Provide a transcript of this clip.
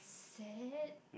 sad